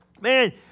Man